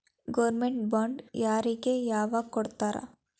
Government bond ಯಾರಿಗೆ ಯಾವಗ್ ಕೊಡ್ತಾರ?